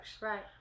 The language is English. right